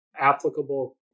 applicable